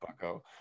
bucko